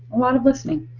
a lot of listening.